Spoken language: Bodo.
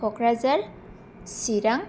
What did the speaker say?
ककराझार चिरां